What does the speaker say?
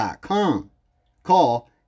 Call